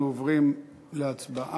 אנחנו עוברים להצבעה.